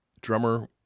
drummer